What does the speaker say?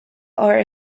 are